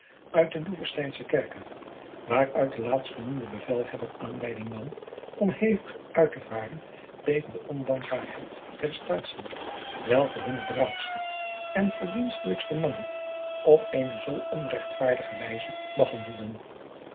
uit den loevesteinschen kerker waaruit die laatstgenoemde bevelhebber aanleiding nam om hevig uittevaren tegen de ondankbaarheid der staatschen welke hunne braafste en verdienstelijkste mannen op eene zoo onrechtvaardige wijze behandelden